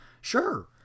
Sure